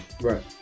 Right